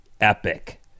epic